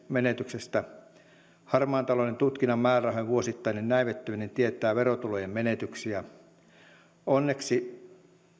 menetyksestä harmaan talouden tutkinnan määrärahojen vuosittainen näivettyminen tietää verotulojen menetyksiä onneksi